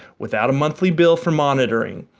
without a monthly bill for monitoring.